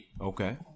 Okay